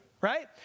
right